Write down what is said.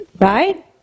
Right